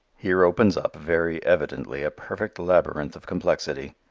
here opens up, very evidently, a perfect labyrinth of complexity.